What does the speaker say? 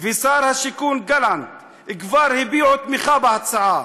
ושר השיכון גלנט, כבר הביעו תמיכה בהצעה.